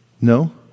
No